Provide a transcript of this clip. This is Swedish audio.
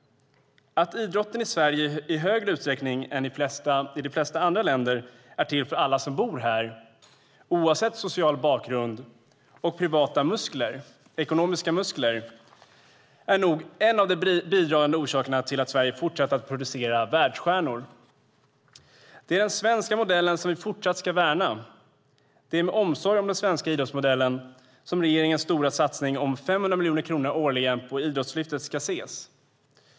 Att idrotten i Sverige i högre utsträckning än i de flesta andra länder är till för alla som bor här, oavsett social bakgrund och privata ekonomiska muskler, är nog en av de bidragande orsakerna till att Sverige fortsätter att producera världsstjärnor. Det är den svenska modellen vi fortsatt ska värna. Det är som en omsorg om den svenska idrottsmodellen som regeringens stora satsning om 500 miljoner kronor årligen till Idrottslyftet ska ses.